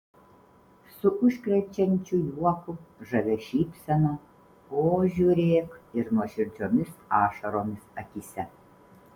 su užkrečiančiu juoku žavia šypsena o žiūrėk ir nuoširdžiomis ašaromis akyse